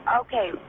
Okay